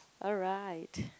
alright